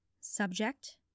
Subject